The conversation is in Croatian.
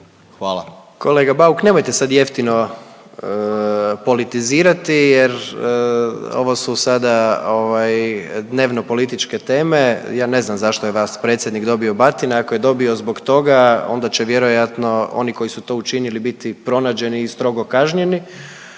(HDZ)** Kolega Bauk, nemojte sad jeftino politizirati jer ovo su sada ovaj dnevnopolitičke teme. Ja ne znam zašto je vaš predsjednik batina, ako je dobio zbog toga onda će vjerojatno oni koji su to učinili biti pronađeni i strogo kažnjeni,